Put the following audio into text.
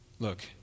Look